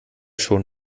schon